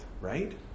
right